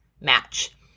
match